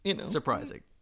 surprising